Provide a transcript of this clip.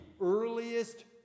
earliest